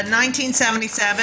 1977